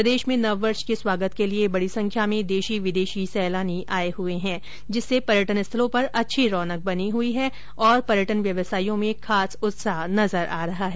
प्रदेश में नववर्ष के स्वागत के लिये बडी संख्या में देशी विदेशी सैलानी आये हुए है जिससे पर्यटन स्थलों पर अच्छी रौनक बनी हुई है और पर्यटन व्यवसाइयों में खास उत्साह नजर आ रहा है